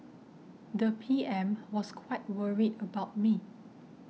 the P M was quite worried about me